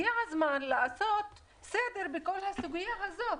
הגיע הזמן לעשות סדר בכל הסוגיה הזאת.